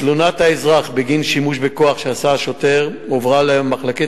תלונת האזרח בגין שימוש בכוח שעשה השוטר הועברה למחלקת